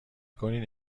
کنید